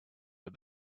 but